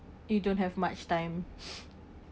you don't have much time